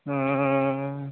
ओम